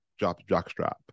jockstrap